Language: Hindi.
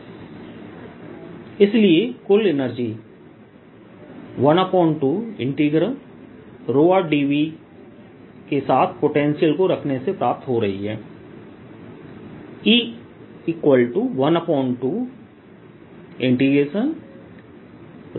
अर्थात Vr14π03Q2R 12Qr2R314π0QR for rR इसलिए कुल एनर्जी 12rdV के साथ पोटेंशियल को रखने से प्राप्त हो रही है E12rdV14π03Q2R 12Qr2R3